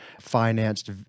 financed